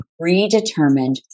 predetermined